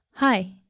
Hi